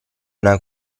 una